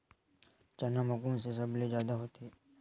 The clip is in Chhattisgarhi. चना म कोन से सबले जादा होथे?